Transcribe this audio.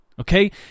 Okay